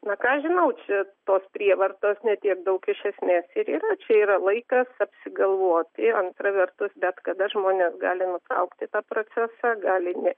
na ką aš žinau čia tos prievartos ne tiek daug iš esmės ir yra čia yra laikas apsigalvoti antra vertus bet kada žmonės gali nutraukti tą procesą gali ne